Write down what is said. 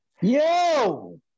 Yo